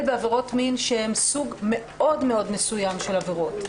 בעבירות מין שהן סוג מסוים מאוד של עבירות,